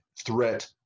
threat